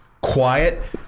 quiet